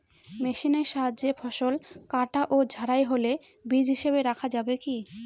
মেশিনের সাহায্যে ফসল কাটা ও ঝাড়াই হলে বীজ হিসাবে রাখা যাবে কি?